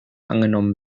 angenommen